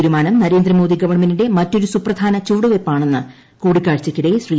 തീരുമാനം നരേന്ദ്രമോദി ഗവൺമെന്റിന്റെ മറ്റൊരു സുപ്രധാന ചുവടുവയ്പ്പാണെന്ന് കൂടിക്കാഴ്ചയ്ക്കിടെ ശ്രീ